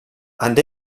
and